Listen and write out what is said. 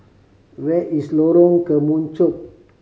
where is Lorong Kemunchup